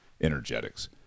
energetics